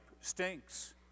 stinks